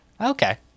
Okay